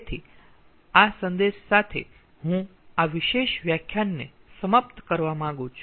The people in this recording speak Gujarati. તેથી આ સંદેશ સાથે હું આ વિશેષ વ્યાખ્યાનને સમાપ્ત કરવા માંગુ છું